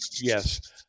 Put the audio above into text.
Yes